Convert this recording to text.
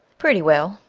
pretty well.